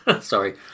Sorry